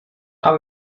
aber